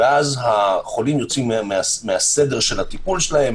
ואז החולים יוצאים מהסדר של הטיפול שלהם,